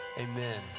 amen